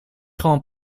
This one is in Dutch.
gewoon